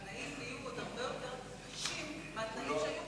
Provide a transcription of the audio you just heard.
התנאים נהיו עוד הרבה יותר קשים מהתנאים שהיו,